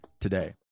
today